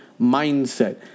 mindset